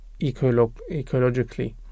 ecologically